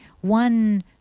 one